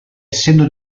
essendo